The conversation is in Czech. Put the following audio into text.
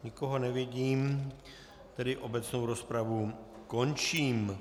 Nikoho nevidím, tedy obecnou rozpravu končím.